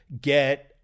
get